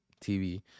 TV